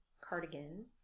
cardigan